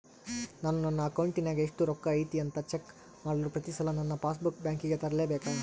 ನಾನು ನನ್ನ ಅಕೌಂಟಿನಾಗ ಎಷ್ಟು ರೊಕ್ಕ ಐತಿ ಅಂತಾ ಚೆಕ್ ಮಾಡಲು ಪ್ರತಿ ಸಲ ನನ್ನ ಪಾಸ್ ಬುಕ್ ಬ್ಯಾಂಕಿಗೆ ತರಲೆಬೇಕಾ?